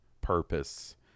purpose